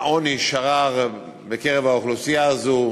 העוני שרר בקרב האוכלוסייה הזאת,